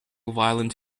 violent